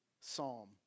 psalm